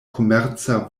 komerca